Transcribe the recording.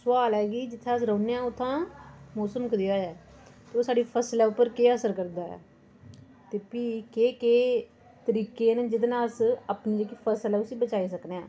सुआल आइया ई जि'त्थें अस रौह्ने आं उ'त्थें मौसम कदेहा ऐ ओह् साढ़ी फसलै उप्पर केह् असर करदा ऐ ते भी केह् केह् तरीके न जेह्दे नै अस अपनी जेह्की फसल ऐ उसी बचाई सकनेआं